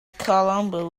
colombo